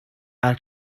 are